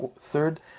Third